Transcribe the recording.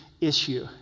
issue